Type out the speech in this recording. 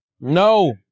No